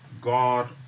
God